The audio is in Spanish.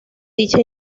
dicha